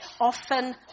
often